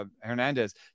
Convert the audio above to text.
Hernandez